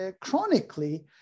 chronically